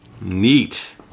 Neat